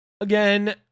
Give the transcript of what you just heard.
Again